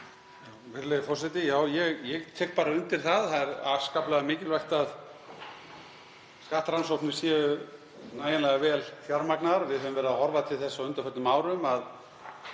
Virðulegi forseti. Já, ég tek bara undir það, það er afskaplega mikilvægt að skattrannsóknir séu nægjanlega vel fjármagnaðar. Við höfum verið að horfa til þess á undanförnum árum að